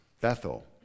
Bethel